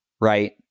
right